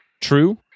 true